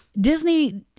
Disney